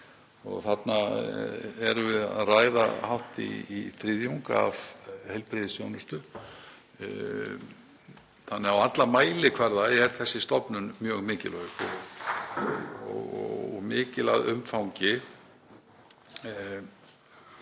þarna að ræða hátt í þriðjung af heilbrigðisþjónustu þannig að á alla mælikvarða er þessi stofnun mjög mikilvæg og mikil að umfangi.